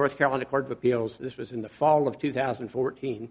north carolina court of appeals this was in the fall of two thousand and fourteen